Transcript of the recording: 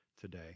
today